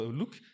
look